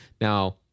Now